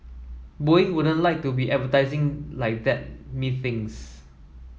Boeing wouldn't like to be advertising like that methinks